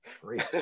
great